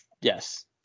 yes